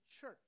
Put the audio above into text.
church